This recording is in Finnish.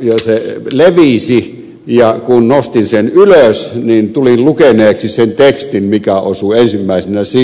ja se levisi ja kun nostin sen ylös niin tulin lukeneeksi sen tekstin mikä osui ensimmäisenä silmääni